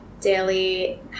daily